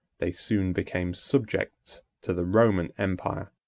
they soon became subjects to the roman empire.